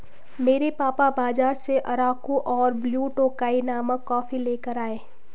मेरे पापा बाजार से अराकु और ब्लू टोकाई नामक कॉफी लेकर आए